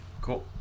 Cool